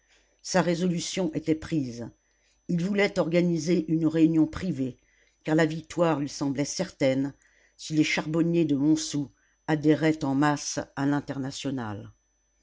sa résolution était prise il voulait organiser une réunion privée car la victoire lui semblait certaine si les charbonniers de montsou adhéraient en masse à l'internationale